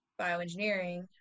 bioengineering